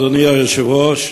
אדוני היושב-ראש,